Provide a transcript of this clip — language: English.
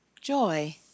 joy